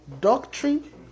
doctrine